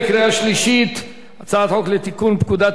הצעת חוק לתיקון פקודת התעבורה (מס' 106),